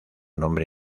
nombre